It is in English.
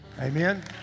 Amen